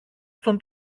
στον